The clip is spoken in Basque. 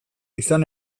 izan